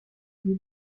lieu